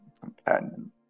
companion